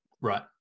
right